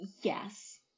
Yes